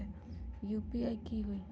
UPI की होई?